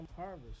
harvest